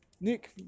Nick